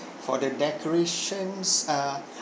for the decorations uh